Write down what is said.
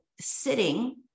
sitting